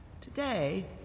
Today